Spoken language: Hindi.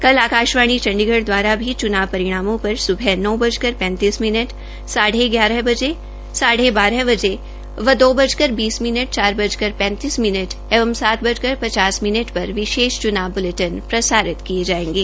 कल आकाशवाणी चंडीगढ़ दवारा भी च्नाव परिणामों पर स्बह नौ बजकर पैंतीस मिनट साढ़े ग्याहर बजे साढ़े बारह बजे व दो बजकर बीस मिनट चार बजकर पैंतीस मिनट एवं सात बजकर पचास मिनट पर विशेष चुनाव समाचार बुलेटिन प्रसारित किये जायेंगे